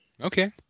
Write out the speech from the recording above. Okay